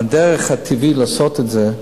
הדרך הטבעית לעשות את זה,